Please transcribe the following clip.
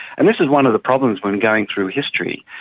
and this is one of the problems when going through history,